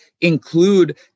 include